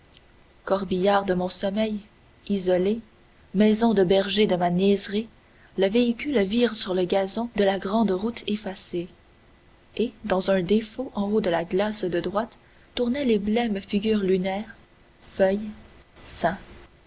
corbillard de mon sommeil isolé maison de berger de ma niaiserie le véhicule vire sur le gazon de la grande route effacée et dans un défaut en haut de la glace de droite tournaient les blêmes figures lunaires feuilles seins